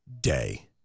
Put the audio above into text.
day